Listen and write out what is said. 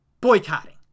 Boycotting